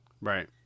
Right